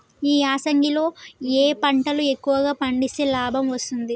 ఈ యాసంగి లో ఏ పంటలు ఎక్కువగా పండిస్తే లాభం వస్తుంది?